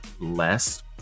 less